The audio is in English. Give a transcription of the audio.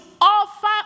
offer